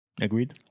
Agreed